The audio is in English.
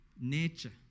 nature